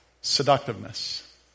Seductiveness